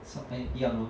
south island 一样 lor